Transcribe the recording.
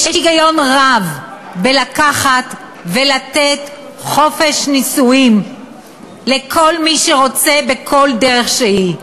יש היגיון רב במתן חופש נישואים לכל מי שרוצה בכל דרך שהיא,